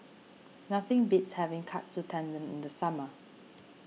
nothing beats having Katsu Tendon in the summer